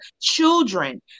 children